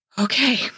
Okay